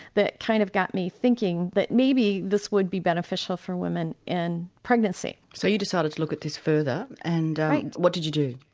that kind of got me thinking that maybe this would be beneficial for women in pregnancy. so you decided to look at this further and what did you do?